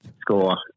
score